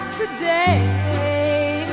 today